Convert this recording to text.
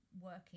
working